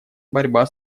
борьба